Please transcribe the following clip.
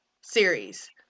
series